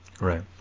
Right